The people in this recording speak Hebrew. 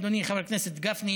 אדוני חבר הכנסת גפני,